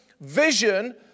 vision